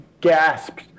gasped